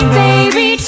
baby